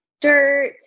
Dirt